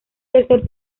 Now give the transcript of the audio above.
tercer